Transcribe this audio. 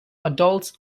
adults